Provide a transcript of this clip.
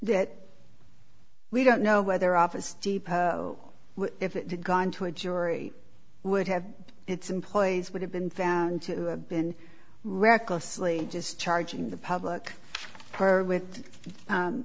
go that we don't know whether office depot if it had gone to a jury would have its employees would have been found to have been recklessly just charging the public per with